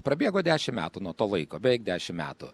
prabėgo dešim metų nuo to laiko beveik dešim metų